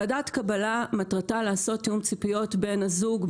ועדת קבלה מטרתה לעשות תיאום ציפיות בין הזוג,